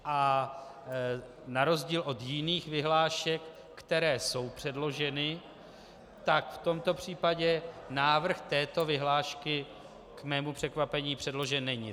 A na rozdíl od jiných vyhlášek, které jsou předloženy, tak v tomto případě návrh této vyhlášky k mému překvapení předložen není.